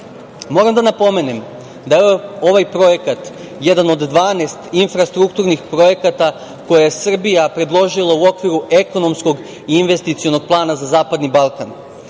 da napomenem da je ovaj projekat jedan od 12 infrastrukturnih projekat koje je Srbija predložila u okviru Ekonomskog investicionog plana za zapadni Balkan.